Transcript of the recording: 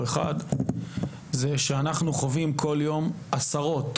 אחד זה שאנחנו חווים כל יום עשרות,